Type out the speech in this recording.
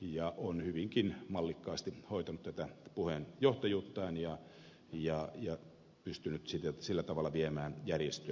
ja on hyvinkin mallikkaasti hoitanut tätä puheenjohtajuuttaan ja pystynyt sillä tavalla viemään järjestöä eteenpäin